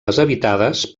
deshabitades